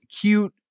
cute